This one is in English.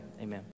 amen